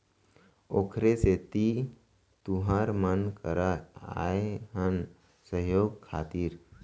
ओखरे सेती तुँहर मन करा आए हन सहयोग खातिर